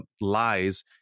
lies